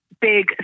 Big